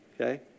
Okay